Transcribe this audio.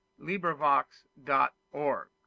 LibriVox.org